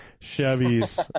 Chevy's